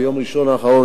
ביום ראשון האחרון,